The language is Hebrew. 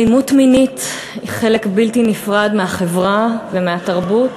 אלימות מינית היא חלק בלתי נפרד מהחברה ומהתרבות.